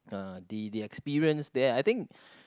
uh the the experience there I think